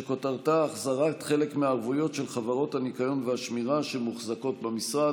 שכותרתה: החזרת חלק מהערבויות של חברות הניקיון והשמירה שמוחזקות במשרד.